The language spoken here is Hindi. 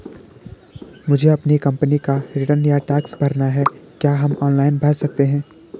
मुझे अपनी कंपनी का रिटर्न या टैक्स भरना है क्या हम ऑनलाइन भर सकते हैं?